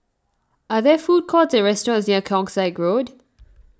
are there food courts or restaurants near Keong Saik Road